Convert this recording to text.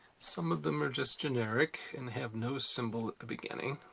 some of them are just generic and have no symbol at the beginning.